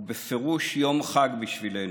הוא בפירוש יום חג בשבילנו.